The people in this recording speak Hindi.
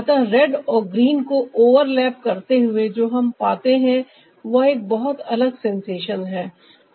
अतः रेड और ग्रीन को ओवरलैप करते हुए जो हम पाते हैं वह एक बहुत अलग सेंसेशन है